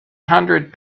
hundred